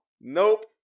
Nope